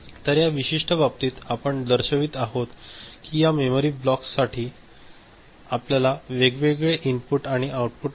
तर या विशिष्ट बाबतीत आपण दर्शवित आहोत की या मेमरी ब्लॉकसाठी आपल्याला वेगळे इनपुट आणि आउटपुट आहेत